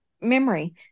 memory